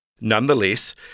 Nonetheless